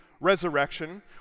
resurrection